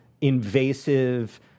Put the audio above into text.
invasive